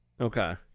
okay